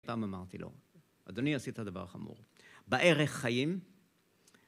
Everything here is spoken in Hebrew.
פעם אמרתי לו, אדוני עשית דבר חמור, בערך חיים